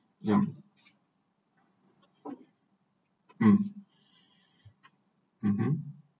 yup um um